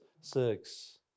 six